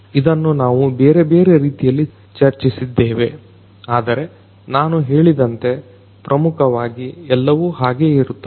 ಇದನ್ನ ನಾವು ಬೇರೆ ಬೆರೆ ರೀತಿಯಲ್ಲಿ ಚರ್ಚಿಸಿದ್ದೇವೆ ಆದರೆ ನಾನು ಹೇಳಿದಂತೆ ಪ್ರಮುಖವಾಗಿ ಎಲ್ಲವೂ ಹಾಗೆಯಿರುತ್ತದೆ